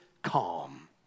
calm